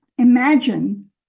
Imagine